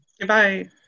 Goodbye